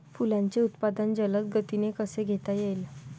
फुलांचे उत्पादन जलद गतीने कसे घेता येईल?